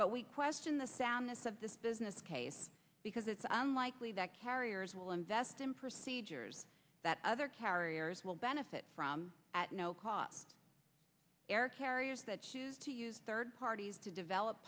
but we question the soundness of this business case because it's unlikely that carriers will invest in procedures that other carriers will benefit from at no cost air carriers that choose to use third parties to develop